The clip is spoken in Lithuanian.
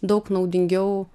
daug naudingiau